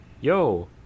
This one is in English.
yo